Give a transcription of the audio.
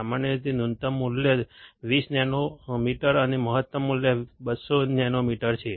સામાન્ય રીતે ન્યૂનતમ મૂલ્ય 20 નેનોમીટર અને મહત્તમ મૂલ્ય 200 નેનોમીટર છે